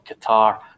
Qatar